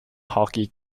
hockey